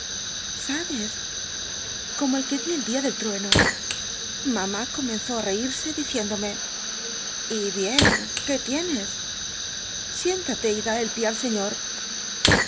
ls como el que di el dia del trueno mamá comenzé á rcirse diciendome y bien qué üenes siéntate y dá el pié al señor